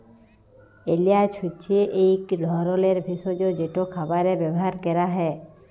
এল্যাচ হছে ইক ধরলের ভেসজ যেট খাবারে ব্যাভার ক্যরা হ্যয়